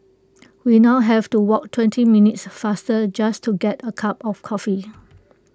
we now have to walk twenty minutes farther just to get A cup of coffee